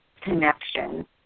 connection